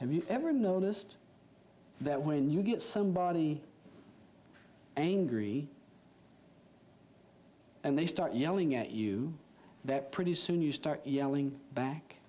have you ever noticed that when you get somebody angry and they start yelling at you that pretty soon you start yelling back